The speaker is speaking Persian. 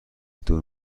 دور